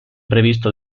previsto